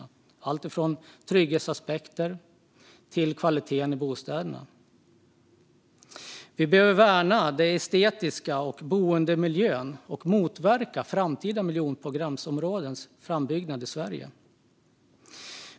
Det handlar om alltifrån trygghetsaspekter till bostädernas kvalitet. Vi behöver värna det estetiska och boendemiljön och motverka framtida miljonprogramsområdens frambyggnad i Sverige.